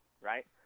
right